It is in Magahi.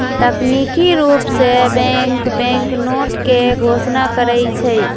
तकनिकी रूप से बैंक बैंकनोट के घोषणा करई छई